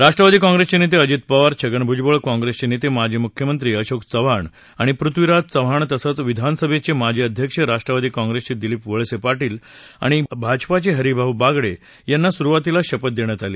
राष्ट्रवादी कॉंप्रेसचे नेते अजित पवार छगन भुजबळ कॉंप्रसेचे नेते माजी मुख्यमंत्री अशोक चव्हाण आणि पृथ्वीराज चव्हाण तसंच विधानसभेचे माजी अध्यक्ष राष्ट्रवादी काँप्रेसचे दिलीप वळसे पाटील आणि भाजपाचे हरिभाऊ बागडे यांना सुरुवातीला शपथ देण्यात आली